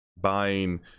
buying